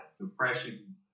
Depression